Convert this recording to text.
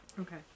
Okay